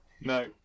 No